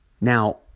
Now